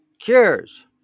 cures